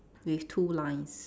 with two lines